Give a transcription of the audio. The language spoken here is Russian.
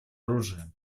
оружия